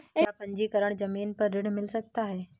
क्या पंजीकरण ज़मीन पर ऋण मिल सकता है?